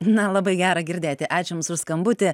na labai gera girdėti ačiū jums už skambutį